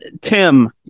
Tim